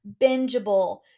bingeable